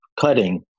cutting